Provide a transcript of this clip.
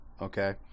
Okay